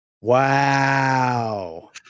Wow